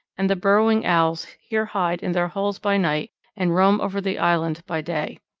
and the burrowing owls here hide in their holes by night and roam over the island by day.